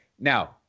now